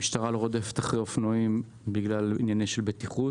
המשטרה לא רודפת אחרי אופנועים בגלל עניינים של בטיחות.